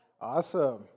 Awesome